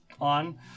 on